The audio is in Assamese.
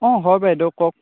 অঁ হয় বাইদেউ কওক